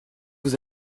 vous